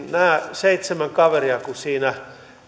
seitsemän kaveria jotka siinä